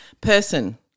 Person